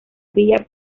vía